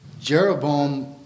Jeroboam